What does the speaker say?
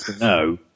No